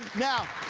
now